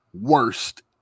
worst